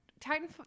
titan